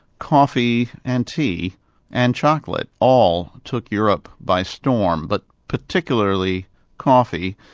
coffee and tea and chocolate, all took europe by storm. but particularly coffee,